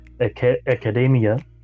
academia